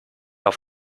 auf